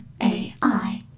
AI